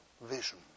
vision